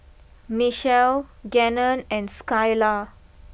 Mechelle Gannon and Skylar